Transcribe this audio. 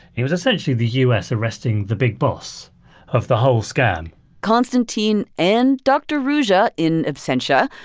it was essentially the u s. arresting the big boss of the whole scam konstantin and dr. ruja, in absentia,